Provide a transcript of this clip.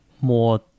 more